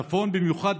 מתושבים מהצפון, במיוחד